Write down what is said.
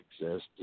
exist